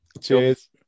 Cheers